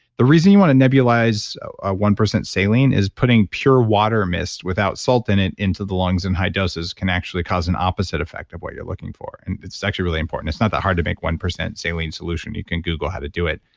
the reason you want to nebulize a one percent saline is putting pure water mist without salt in it into the lungs in high doses can actually cause an opposite effect of what you're looking for. and it's it's actually really important. it's not that hard to make one percent salient solution. you can google how to do it.